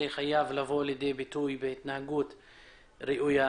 חייב לבוא לידי ביטוי בהתנהגות ראויה.